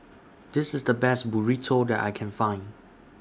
This IS The Best Burrito that I Can Find